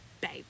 babe